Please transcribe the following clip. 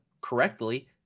correctly